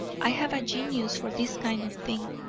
i have a genius for this kind of thing,